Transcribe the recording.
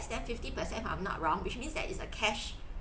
then fifty percent if I'm not wrong which means that it's a cash